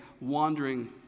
wandering